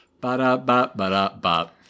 Ba-da-ba-ba-da-ba